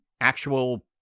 actual